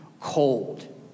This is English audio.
cold